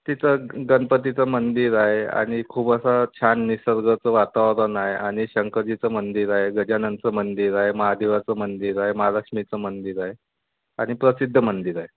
तिथं गणपतीचं मंदिर आहे आणि खूप असा छान निसर्गाचं वातावरण आहे आणि शंकरजीचं मंदिर आहे गजाननाचं मंदिर आहे महादेवाचं मंदिर आहे महालक्ष्मीचं मंदिर आहे आणि प्रसिद्ध मंदिर आहे